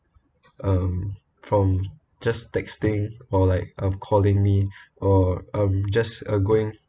um from just texting or like uh calling me or um just uh going